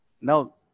Now